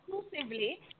exclusively